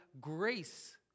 grace